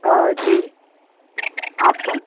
آ جی آپ کون